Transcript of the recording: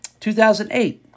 2008